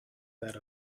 that